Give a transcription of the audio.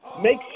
make